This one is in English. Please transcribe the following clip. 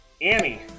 Annie